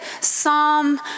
Psalm